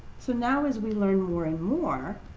so now as we learn more and more